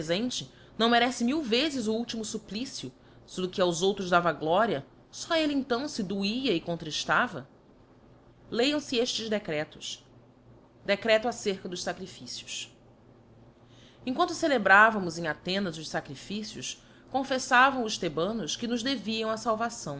prefent não merece mil vezes o ultimo fupplicio fe do que ac outros dava gloria fó elle então fe doía e contríílavp leam fe eftes decretos decreto acerca dos sacrifícios em quanto celebrávamos em athenas os facrificios confeflavam os thebanos que nos deviam a falvaçáo